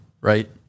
right